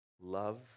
love